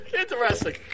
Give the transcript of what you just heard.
Interesting